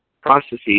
processes